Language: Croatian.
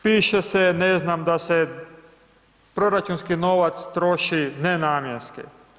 Piše se, ne znam, da se proračunski novac troši nenamjenski.